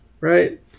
right